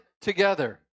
together